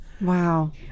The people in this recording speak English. Wow